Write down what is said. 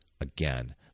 again